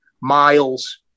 miles